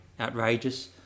Outrageous